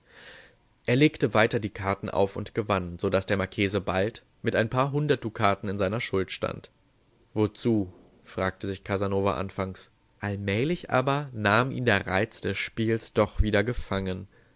er legte weiter die karten auf und gewann so daß der marchese bald mit ein paar hundert dukaten in seiner schuld stand wozu fragte sich casanova anfangs allmählich aber nahm ihn der reiz des spiels doch wieder gefangen